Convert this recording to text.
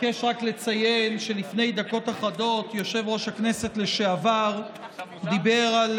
אבקש רק לציין שלפני דקות אחדות יושב-ראש הכנסת לשעבר דיבר על